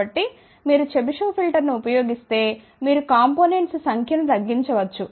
కాబట్టి మీరు చెబిషెవ్ ఫిల్టర్ను ఉపయోగిస్తే మీరు కాంపొనెంట్స్ సంఖ్య ను తగ్గించవచ్చు